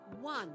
One